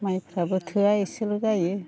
माइफ्राबो थोआ एसेल' जायो